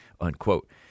unquote